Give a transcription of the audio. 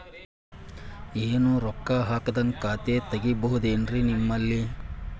ಏನು ರೊಕ್ಕ ಹಾಕದ್ಹಂಗ ಖಾತೆ ತೆಗೇಬಹುದೇನ್ರಿ ನಿಮ್ಮಲ್ಲಿ?